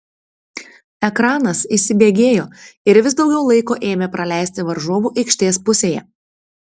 ekranas įsibėgėjo ir vis daugiau laiko ėmė praleisti varžovų aikštės pusėje